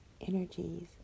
energies